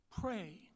Pray